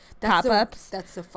pop-ups